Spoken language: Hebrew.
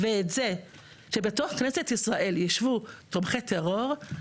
וצריך להפסיק את העובדה שבתוך כנסת ישראל יישבו תומכי טרור.